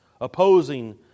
opposing